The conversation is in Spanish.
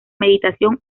meditación